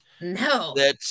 No